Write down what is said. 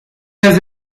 has